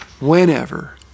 whenever